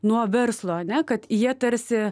nuo verslo ane kad jie tarsi